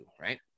right